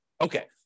Okay